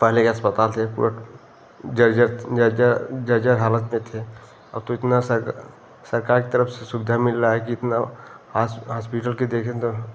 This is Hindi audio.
पहले के अस्पताल थे पूरा जर्जर जर्जर जर्जर हालत में थे अब तो इतना सर सरकार की तरफ से सुविधा मिल रहा है कि इतना हास हास्पिटल की देखें तो